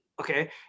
okay